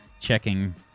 checking